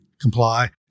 comply